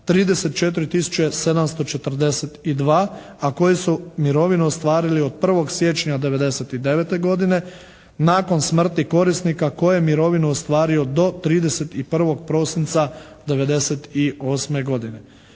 742 a koji su mirovinu ostvarili od 1. siječnja '99. godine nakon smrti korisnika koji je mirovinu ostvario do 31. prosinca '98. godine.